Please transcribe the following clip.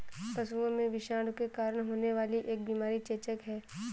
पशुओं में विषाणु के कारण होने वाली एक बीमारी चेचक है